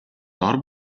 дор